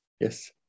yes